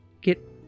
Get